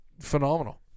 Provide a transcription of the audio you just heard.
phenomenal